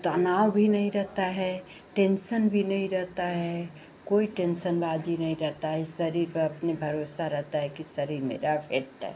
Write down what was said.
तनाव भी नहीं रहता है टेंसन भी नहीं रहता है कोई टेंशनबाज़ी नहीं रहती है इस शरीर पर अपने भरोसा रहता है कि शरीर मेरा फिट्ट है